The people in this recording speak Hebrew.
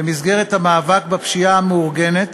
במסגרת המאבק בפשיעה המאורגנת,